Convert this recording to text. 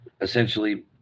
essentially